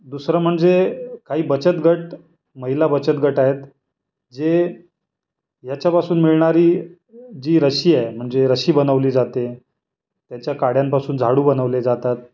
दुसरं म्हणजे काही बचत गट महिला बचत गट आहेत जे याच्यापासून मिळणारी जी रस्सी आहे म्हणजे रस्सी बनवली जाते त्याच्या काड्यांपासून झाडू बनवले जातात